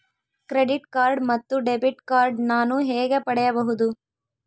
Credit card ಮತ್ತು debit card ನಾನು ಹೇಗೆ ಪಡೆಯಬಹುದು?